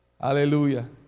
Hallelujah